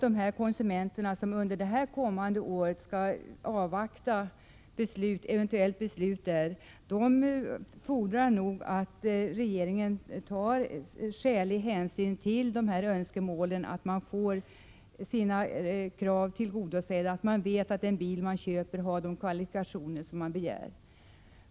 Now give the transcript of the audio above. De konsumenter som under detta år skall avvakta marknadsdomstolens beslut fordrar nog att regeringen tar skälig hänsyn till deras önskemål om att de får sina krav tillgodosedda så att de vet att den bil de köper är av den kvalitet som de begär.